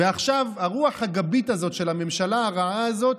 ועכשיו הרוח הגבית הזו, של הממשלה הרעה הזו,